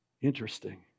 Interesting